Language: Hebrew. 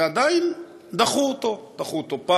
ועדיין דחו אותו,